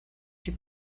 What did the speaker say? she